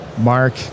Mark